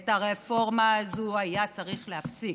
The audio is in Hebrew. את הרפורמה הזו היה צריך להפסיק.